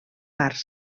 parts